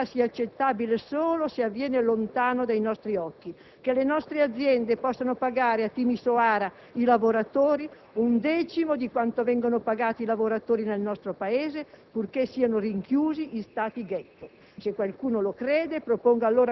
Non possiamo immaginare che la povertà sia accettabile solo se è lontana dai nostri occhi, che le nostre aziende possano pagare a Timisoara i lavoratori un decimo di quanto vengono pagati i lavoratori nel nostro Paese purché siano rinchiusi in Stati ghetto.